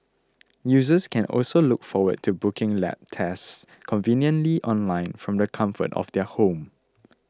users can also look forward to booking lab tests conveniently online from the comfort of their home